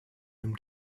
him